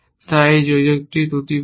তাই এই যোজক ত্রুটিপূর্ণ